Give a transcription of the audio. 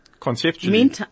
Conceptually